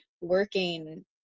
working